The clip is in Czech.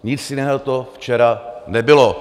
Nic jiného to včera nebylo.